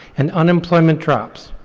and unemployment drops.